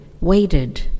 waited